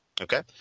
Okay